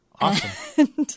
Awesome